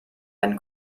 einen